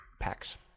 packs